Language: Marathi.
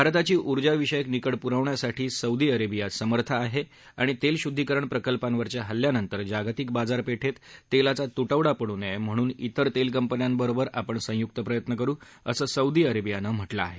भारताची ऊर्जा विषयक निकड पुरवण्यासाठी सौदी अरेबिया समर्थ आहे आणि तेल शुद्दीकरण प्रकल्पांवरच्या हल्ल्यांनंतर जागतिक बाजारपेठेत तेलाचा तुटवडा पडू नये म्हणून इतर तेल कंपन्यांबरोबर आपण संयुक प्रयत्न करु असं सौदी अरेबियानं म्हटलं आहे